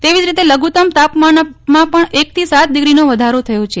તૈવી જ રીતે લંધુત્તમ તાપમાનમાં પણ એકથી સાત ડિગ્રીનો વધારો થયો છે